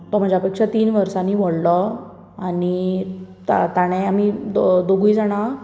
तो म्हाज्या पेक्षां तीन वर्सानी व्हडलो आनी ता ताणें आमी दो दोगूय जाणां